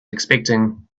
expecting